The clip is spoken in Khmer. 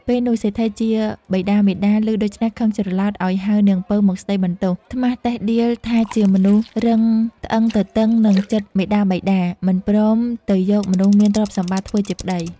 ពេលនោះសេដ្ឋីជាបិតាមាតាឮដូច្នោះខឹងច្រឡោតឲ្យហៅនាងពៅមកស្ដីបន្ទោស ត្មះតិះដៀលថាជាមនុស្សរឹងត្អឹងទទឹងនឹងចិត្តមាតាបិតា មិនព្រមទៅយកមនុស្សមានទ្រព្យសម្បត្តិធ្វើជាប្ដី។